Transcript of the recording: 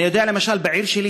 אני יודע שלמשל בעיר שלי,